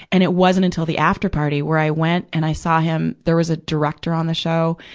and it wasn't until the after party where i went and i saw him there was a director on the show.